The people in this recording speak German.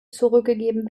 zurückgegeben